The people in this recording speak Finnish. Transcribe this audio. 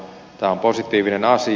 tämä on positiivinen asia